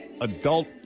adult